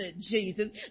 Jesus